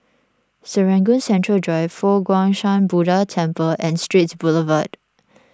Serangoon Central Drive Fo Guang Shan Buddha Temple and Straits Boulevard